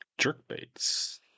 Jerkbaits